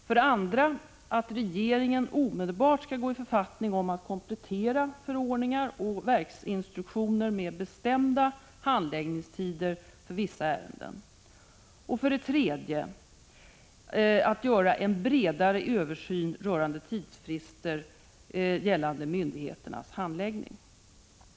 För det andra skall regeringen omedelbart gå i författning om att komplettera förordningar och verksinstruktioner med bestämda handläggningstider för vissa ärenden. För det tredje skall regeringen göra en bredare översyn rörande tidsfrister vad gäller myndigheternas handläggning.